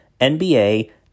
NBA